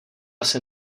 asi